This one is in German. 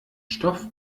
stoff